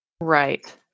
Right